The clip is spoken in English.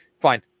Fine